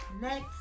next